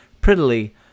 prettily